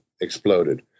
exploded